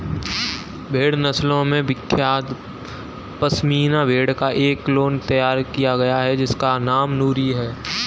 भेड़ नस्लों में विख्यात पश्मीना भेड़ का एक क्लोन तैयार किया गया है जिसका नाम नूरी है